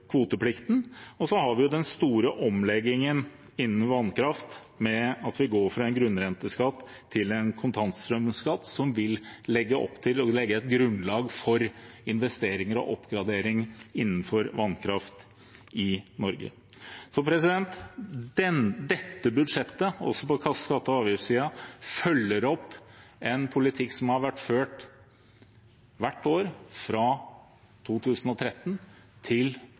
kvoteplikten. Så har vi den store omleggingen innenfor vannkraft, med at vi går fra en grunnrenteskatt til en kontantstrømskatt, som vil legge opp til og legge et grunnlag for investeringer og oppgradering innenfor vannkraft i Norge. Også på skatte- og avgiftssiden følger dette budsjettet opp en politikk som har vært ført hvert år fra 2013 til